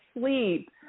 sleep